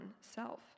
self